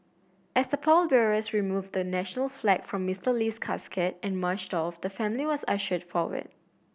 as the pallbearers removed the national flag from Mister Lee's casket and marched off the family was ushered forward